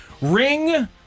Ring